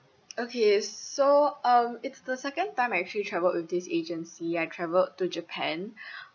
okay so um it's the second time I actually travelled with this agency I travelled to japan